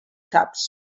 caps